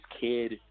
kid